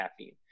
caffeine